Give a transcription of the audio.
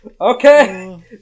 Okay